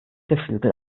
geflügel